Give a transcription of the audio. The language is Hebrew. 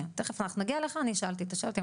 תיכף אנחנו נגיע אליך ואני אשאל את כל השאלות,